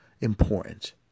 important